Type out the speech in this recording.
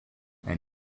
and